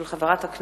מאת חבר הכנסת